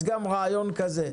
אז גם רעיון כזה,